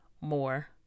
more